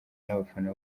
n’abafana